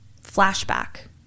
flashback